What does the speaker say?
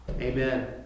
Amen